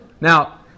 Now